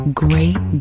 great